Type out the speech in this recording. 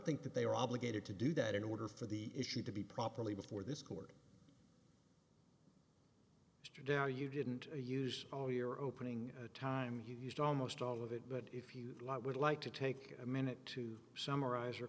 think that they are obligated to do that in order for the issue to be properly before this court today oh you didn't use all your opening time he used almost all of it but if you would like to take a minute to summarize